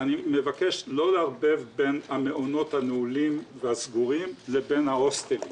אני מבקש לא לערבב בין המעונות הנעולים והסגורים לבין ההוסטלים,